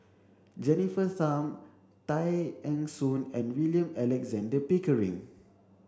Jennifer Tham Tay Eng Soon and William Alexander Pickering